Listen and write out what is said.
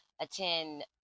attend